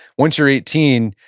once you're eighteen,